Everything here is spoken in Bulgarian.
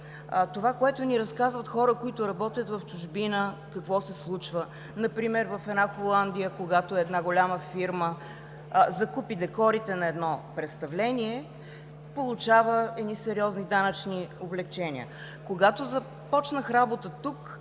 Това, което ни разказват хора, които работят в чужбина – какво се случва? Например в Холандия, когато голяма фирма закупи декорите на едно представление, получава сериозни данъчни облекчения. Когато започнах работа тук,